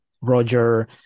Roger